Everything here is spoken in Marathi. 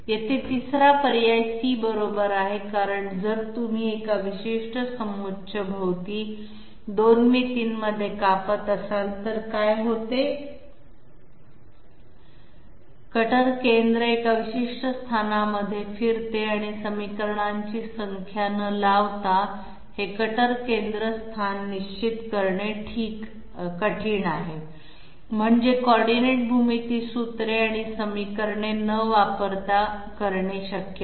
येथे तिसरा पर्याय बरोबर आहे कारण जर तुम्ही एका विशिष्ट समोच्चभोवती 2 मितींमध्ये कापत असाल तर काय होते कटर केंद्र एका विशिष्ट स्थानामध्ये फिरते आणि समीकरणांची संख्या न लावता हे कटर केंद्र स्थान निश्चित करणे कठीण आहे म्हणजे कॉर्डीनेट भूमिती सूत्रे आणि समीकरणे न वापरता करणे शक्य नाही